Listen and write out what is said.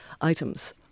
items